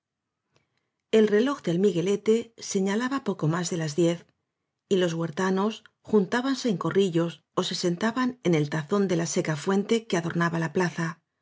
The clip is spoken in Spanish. el reloj del miguelete se ñalaba poco más de las diez y los huertanos juntábanse en corrillos ó se sentaban en el tazón de la seca fuente que adornaba la plaza